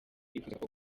yifuzaga